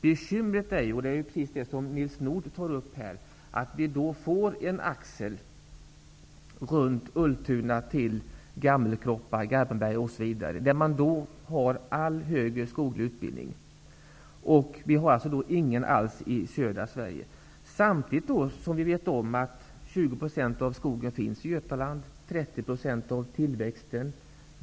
Bekymret är dock, precis som Nils Nordh säger, att vi då får en axel runt Ultuna, Gammelkroppa, Då finns det alltså ingen sådan utbildning alls i södra Sverige. Samtidigt vet vi ju att 20 % av skogen och 30 % av tillväxten finns Götaland.